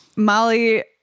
molly